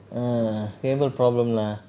ah favourite problem lah